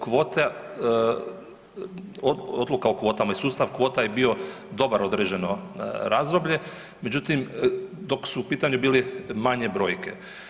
Kvota, odluka o kvotama i sustav kvota je bio dobar određeno razdoblje međutim dok su u pitanju bili manje brojke.